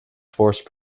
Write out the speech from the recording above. force